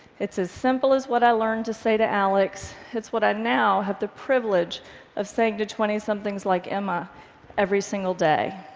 it's as simple as what i learned to say to alex. it's what i now have the privilege of saying to twentysomethings like emma every single day